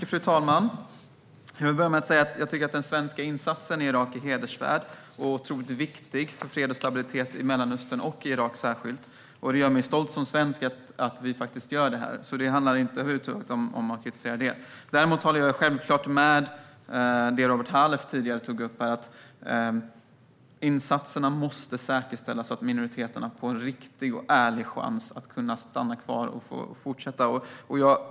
Fru talman! Jag vill börja med att säga att jag tycker att den svenska insatsen i Irak är hedervärd och otroligt viktig för fred och stabilitet i Mellanöstern och särskilt i Irak. Det gör mig stolt som svensk att vi faktiskt gör detta, så det handlar inte över huvud taget om att kritisera det. Däremot håller jag självklart med om det som Robert Halef tidigare tog upp: att insatserna måste säkerställa att minoriteterna får en riktig och ärlig chans att kunna stanna kvar och fortsätta.